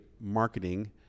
marketing